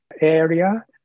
area